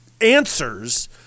answers